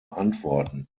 antworten